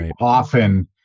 often